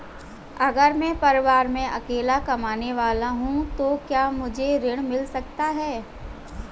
अगर मैं परिवार में अकेला कमाने वाला हूँ तो क्या मुझे ऋण मिल सकता है?